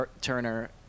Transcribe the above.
Turner